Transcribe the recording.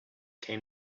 came